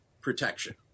protection